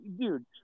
dude